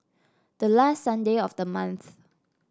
the last Sunday of the month